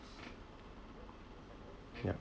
yup